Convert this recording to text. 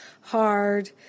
hard